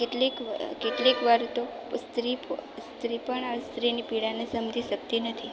કેટલીક કેટલીક વાર તો સ્ત્રી સ્ત્રી પણ આ સ્ત્રીની પીડાને સમજી શકતી નથી